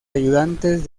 ayudantes